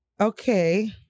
Okay